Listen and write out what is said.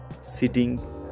sitting